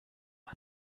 man